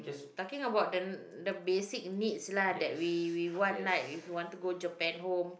talking about the the basic needs lah that we we want lah if we want to go Japan Home